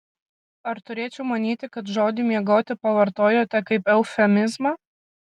ar turėčiau manyti kad žodį miegoti pavartojote kaip eufemizmą